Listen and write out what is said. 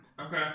Okay